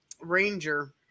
ranger